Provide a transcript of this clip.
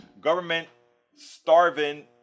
government-starving